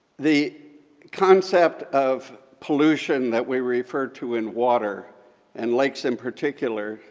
the concept of pollution that we refer to in water and lakes in particular,